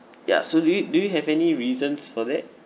ya so do you do you have any reasons for that